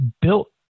built